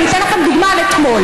אני אתן לכם דוגמה מאתמול.